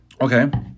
okay